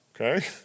okay